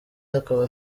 akaba